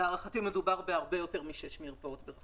להערכתי, מדובר על הרבה יותר משש מרפאות.